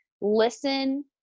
listen